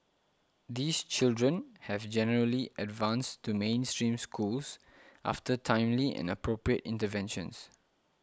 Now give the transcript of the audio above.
these children have generally advanced to mainstream schools after timely and appropriate intervention